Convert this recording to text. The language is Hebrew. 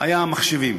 היא המחשבים.